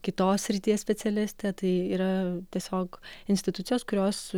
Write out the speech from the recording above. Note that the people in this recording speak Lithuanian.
kitos srities specialistė tai yra tiesiog institucijos kurios